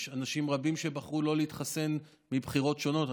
יש אנשים רבים שבחרו לא להתחסן מבחירות שונות.